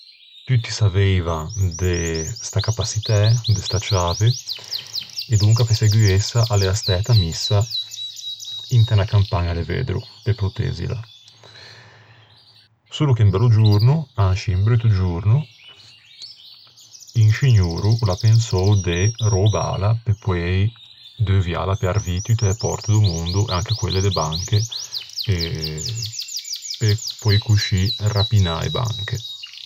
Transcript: Tutti saveivan de sta capaçitæ, de sta ciave, e donca pe seguessa a l'ea stæta missa inte unna campaña de veddro, pe protezzila. Solo che un bello giorno, ansci, un brutto giorno, un scignoro o l'à pensou de röbâla pe poei deuviâla pe arvî tutte e pòrte do mondo, anche quelle de banche, pe poei coscì rapinâ e banche.